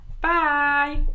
Bye